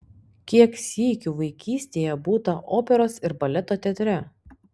kiek sykių vaikystėje būta operos ir baleto teatre